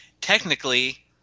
technically